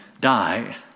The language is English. die